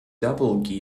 double